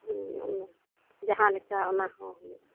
ᱦᱮᱸ ᱚᱱᱟ ᱡᱟᱦᱟᱸ ᱞᱮᱠᱟ ᱚᱱᱟ ᱦᱚᱸ ᱦᱩᱭᱩᱜᱼᱟ